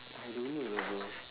I don't know lah bro